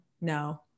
no